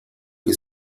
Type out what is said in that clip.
que